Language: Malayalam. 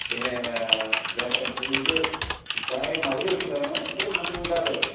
പിന്നെ ഇത് ചായ മധുരമിട്ട് വേണോ അതോ മധുരമിടാതെ വേണോ